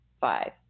Five